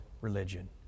religion